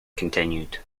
continued